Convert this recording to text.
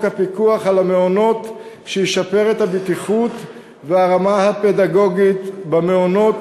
הפיקוח על המעונות שישפר את הבטיחות והרמה הפדגוגית במעונות